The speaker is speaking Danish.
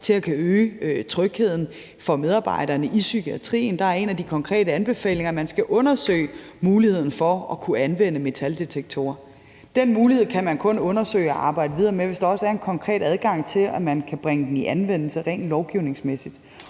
til at kunne øge trygheden for medarbejderne i psykiatrien. Der er en af de konkrete anbefalinger, at man skal undersøge muligheden for at kunne anvende metaldetektorer. Den mulighed kan man kun undersøge og arbejde videre med, hvis der også er en konkret adgang til, at man kan bringe den i anvendelse, rent lovgivningsmæssigt,